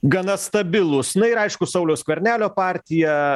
gana stabilūs na ir aišku sauliaus skvernelio partija